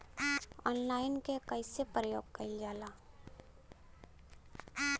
Online के कइसे प्रयोग कइल जाला?